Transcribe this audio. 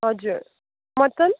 हजुर मटन